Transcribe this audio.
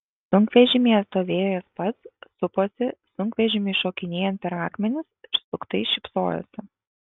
sunkvežimyje stovėjo jis pats suposi sunkvežimiui šokinėjant per akmenis ir suktai šypsojosi